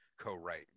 co-write